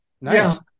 Nice